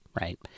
right